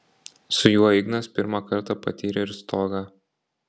su juo ignas pirmą kartą patyrė ir stogą